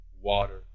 water